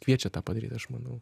kviečia tą padaryt aš manau